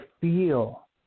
feel